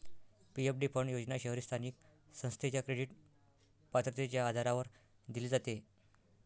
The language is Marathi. पी.एफ.डी फंड योजना शहरी स्थानिक संस्थेच्या क्रेडिट पात्रतेच्या आधारावर दिली जाते